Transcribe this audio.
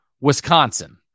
Wisconsin